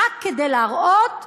רק כדי להראות שהוועדה,